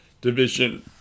division